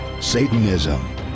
satanism